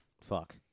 fuck